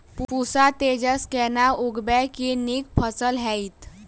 पूसा तेजस केना उगैबे की नीक फसल हेतइ?